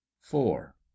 four